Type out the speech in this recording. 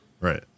Right